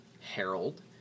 herald